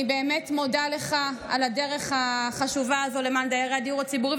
אני באמת מודה לך על הדרך החשובה הזו למען דיירי הדיור הציבורי,